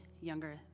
younger